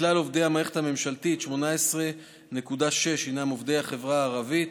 מכלל עובדי המערכת הממשלתית 18.6% הם עובדי החברה הערבית,